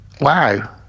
wow